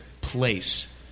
place